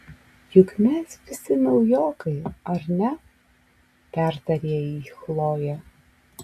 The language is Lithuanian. juk mes visi naujokai ar ne pertarė jį chlojė